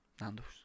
Nando's